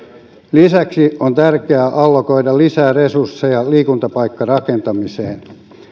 lisäksi on tärkeää allokoida lisää resursseja liikuntapaikkarakentamiseen